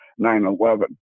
9-11